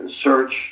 search